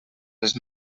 les